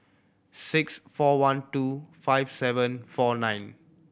six four one two five seven four nine